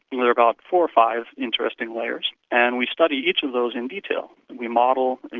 and there are about four or five interesting layers, and we study each of those in detail. we model, and